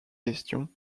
question